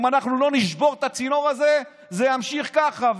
אם אנחנו לא נשבור את הצינור הזה, זה ימשיך ככה.